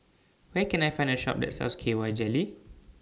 Where Can I Find A Shop that sells K Y Jelly